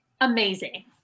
Amazing